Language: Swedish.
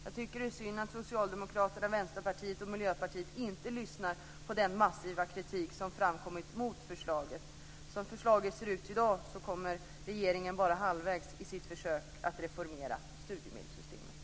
Jag tycker att det är synd att Socialdemokraterna, Vänsterpartiet och Miljöpartiet inte lyssnar på den massiva kritik som framkommit mot förslaget. Som förslaget ser ut i dag kommer regeringen bara halvvägs i sitt försök att reformera studiemedelssystemet.